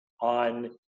on